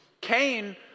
Cain